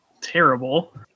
terrible